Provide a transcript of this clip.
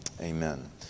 amen